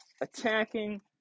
attacking